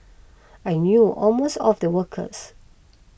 I knew almost all the workers